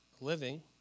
living